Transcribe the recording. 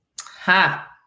Ha